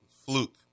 Fluke